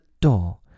door